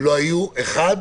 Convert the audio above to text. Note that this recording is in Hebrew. לא היה בהם אחד